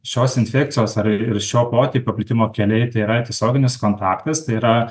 šios infekcijos ar ir šio potipio paplitimo keliai tai yra tiesioginis kontaktas tai yra